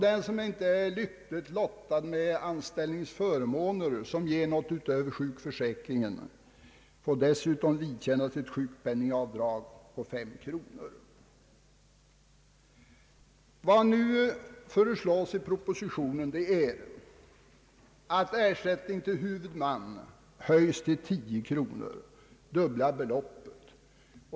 Den som inte är lyckligt lottad med anställningsförmåner, som ger något utöver sjukförsäkringen, får dessutom vidkännas ett sjukpenningavdrag med 5 kronor. I propositionen föreslås att ersättning till huvudman höjs till 10 kronor, alltså dubbla beloppet.